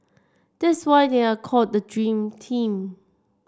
that's why they are called the dream team